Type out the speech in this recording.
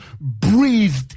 breathed